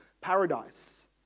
paradise